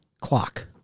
clock